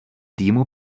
týmu